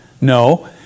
No